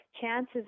chances